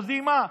אתם יודעים מה?